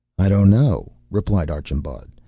i don't know, replied archambaud,